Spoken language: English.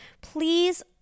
please